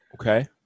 okay